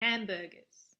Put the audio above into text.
hamburgers